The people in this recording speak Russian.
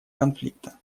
конфликта